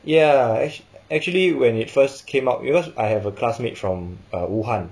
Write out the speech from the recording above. ya actual actually when it first came out because I have a classmate from uh 武汉